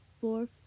four